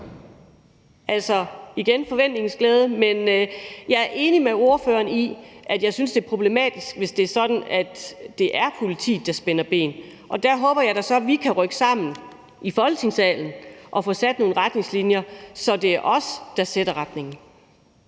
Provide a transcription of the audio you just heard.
det med forventningens glæde. Men jeg er enig med ordføreren og synes, det er problematisk, hvis det er sådan, at det er politiet, der spænder ben. Der håber jeg da så, at vi kan rykke sammen i Folketingssalen og få lagt nogle retningslinjer, så det er os, der sætter retningen.